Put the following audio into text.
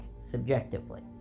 subjectively